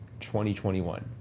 2021